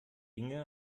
inge